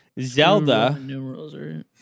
Zelda